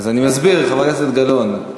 חבר הכנסת פריג', הסברתי לפני כן.